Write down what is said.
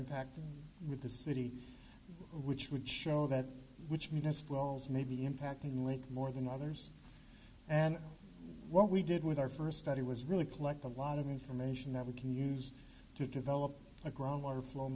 intact with the city which would show that which meanest wells may be impacting the lake more than others and what we did with our first study was really collect a lot of information that we can use to develop a growing water flow